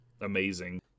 amazing